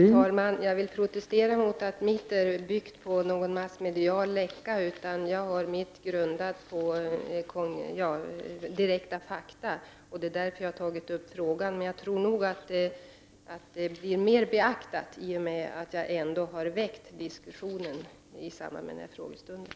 Fru talman! Jag protesterar mot påståendet att mitt material skulle bygga på massmediala läckor. Det grundas i stället på direkta fakta. Det är också därför jag har tagit upp frågan till diskussion. På det sättet tror jag att de synpunkter jag har framfört kommer att beaktas.